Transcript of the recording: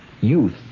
youth